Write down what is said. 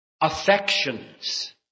affections